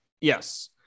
Yes